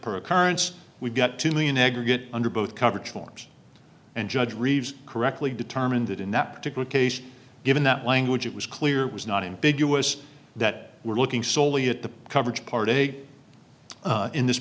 per occurrence we've got two million aggregate under both coverage forms and judge reeves correctly determined that in that particular case given that language it was clear it was not in big us that we're looking solely at the coverage part of a in this